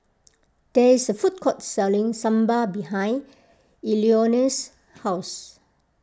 there is a food court selling Sambar behind Eleonore's house